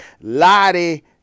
Lottie